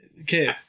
okay